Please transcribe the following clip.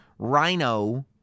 Rhino